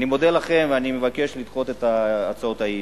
אני מודה לכם ואני מבקש לדחות את הצעות האי-אמון.